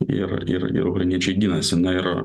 ir ir vainiečiai ginasi ir